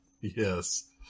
Yes